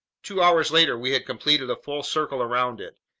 two hours later we had completed a full circle around it.